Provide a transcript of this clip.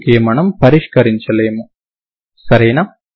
అందుకే మనం పరిష్కరించలేము సరేనా